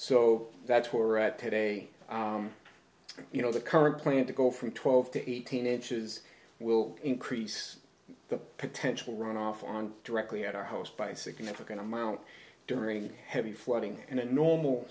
so that's where we're at today and you know the current plan to go from twelve to eighteen inches will increase the potential runoff on directly at our house by significant amount during heavy flooding in a normal